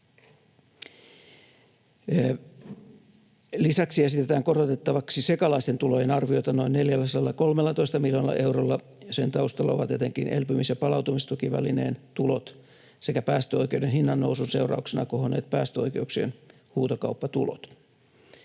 Lisäksi esitetään korotettavaksi sekalaisten tulojen arviota noin 413 miljoonalla eurolla, ja sen taustalla ovat etenkin elpymis- ja palautumistukivälineen tulot sekä päästöoikeuden hinnan nousun seurauksena kohonneet päästöoikeuksien huutokauppatulot.